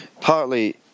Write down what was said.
partly